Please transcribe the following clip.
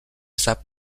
sap